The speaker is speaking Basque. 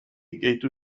gehitu